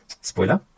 Spoiler